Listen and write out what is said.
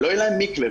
לא יהיה להם מקווה,